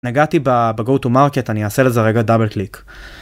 נגעתי בגואו טו מרקט אני אעשה לזה רגע דאבל קליק.